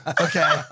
Okay